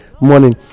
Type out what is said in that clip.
morning